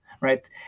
right